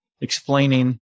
explaining